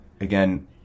again